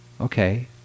okay